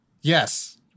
Yes